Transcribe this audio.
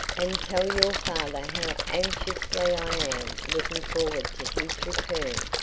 and tell your father how anxiously i am looking forward to his return,